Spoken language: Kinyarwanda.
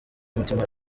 umutima